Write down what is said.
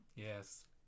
Yes